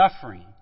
suffering